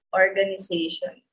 organization